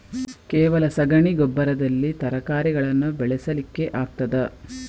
ಕೇವಲ ಸಗಣಿ ಗೊಬ್ಬರದಲ್ಲಿ ತರಕಾರಿಗಳನ್ನು ಬೆಳೆಸಲಿಕ್ಕೆ ಆಗ್ತದಾ?